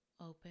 Open